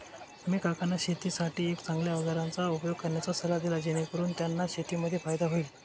मी काकांना शेतीसाठी एक चांगल्या अवजारांचा उपयोग करण्याचा सल्ला दिला, जेणेकरून त्यांना शेतीमध्ये फायदा होईल